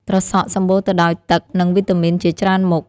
ត្រសក់ សម្បូរទៅដោយទឹក និងវីតាមីនជាច្រើនមុខ។